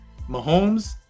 Mahomes